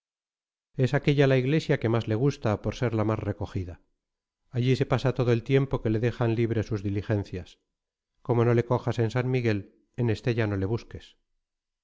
es aquella la iglesia que más le gusta por ser la más recogida allí se pasa todo el tiempo que le dejan libre sus diligencias como no le cojas en san miguel en estella no le busques